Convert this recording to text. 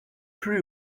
plus